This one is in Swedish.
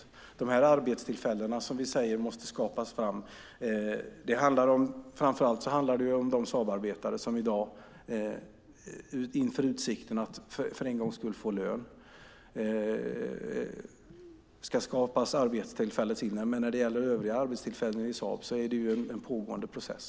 När det gäller de arbetstillfällen som vi säger måste skapas handlar det framför allt om de Saabarbetare som i dag står inför utsikten att för en gångs skull få lön. Men när det gäller övriga arbetstillfällen i Saab är det en pågående process.